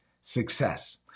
Success